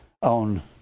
on